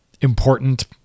important